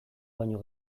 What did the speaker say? baino